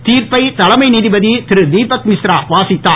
தீர்ப்பை தலைமை நீதிபதி தீபக் மிஸ்ரா வாசித்தார்